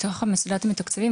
מתוך המוסדות המתקצבים,